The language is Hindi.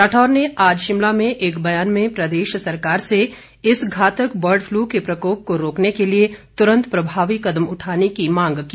राठौर ने आज शिमला में एक बयान में प्रदेश सरकार से इस घातक बर्डप्लू के प्रकोप को रोकने के लिए तुरंत प्रभावी कदम उठाने की मांग की